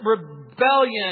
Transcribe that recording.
rebellion